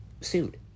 sued